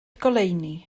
goleuni